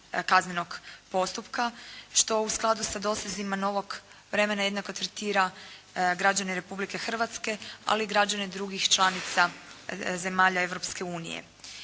kaznenog postupka što u skladu sa dosezima novog vremena jednako tretira građane Republike Hrvatske, ali i građane drugih članica zemalja